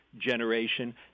generation